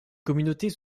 communautés